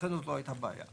ולכן זאת לא הייתה הבעיה.